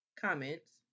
comments